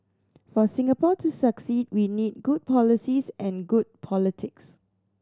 for Singapore to succeed we need good policies and good politics